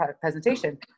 presentation